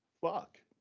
Fuck